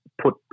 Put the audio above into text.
put